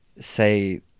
say